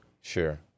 Sure